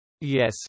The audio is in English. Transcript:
Yes